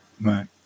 Right